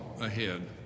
ahead